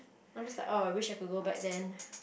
I'm just like oh I wish I could go back then